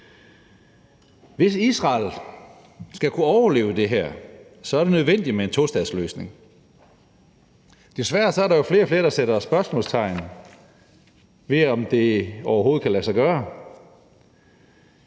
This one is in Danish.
Hvis Israel skal kunne overleve det her, er det nødvendigt med en tostatsløsning. Der er desværre flere og flere, der sætter spørgsmålstegn ved, om det overhovedet kan lade sig gøre.